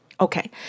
Okay